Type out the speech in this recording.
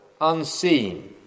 unseen